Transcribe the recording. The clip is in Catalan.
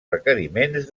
requeriments